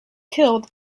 killed